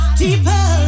deeper